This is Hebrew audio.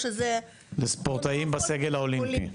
לספורטאים בסגל האולימפי.